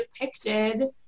depicted